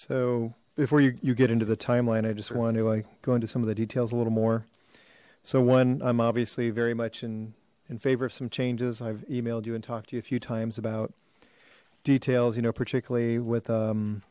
so before you get into the timeline i just want to i go into some of the details a little more so one i'm obviously very much in in favor of some changes i've emailed you and talked to you a few times about details you know particularly with